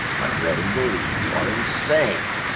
i really believe you are insane,